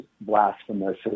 blasphemous